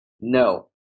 no